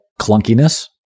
clunkiness